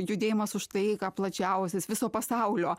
judėjimas už taiką plačiausias viso pasaulio